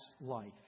life